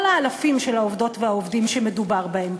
האלפים של העובדות והעובדים שמדובר בהם.